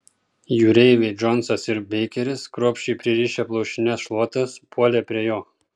jūreiviai džonsas ir beikeris kruopščiai pririšę plaušines šluotas puolė prie jo